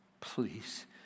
please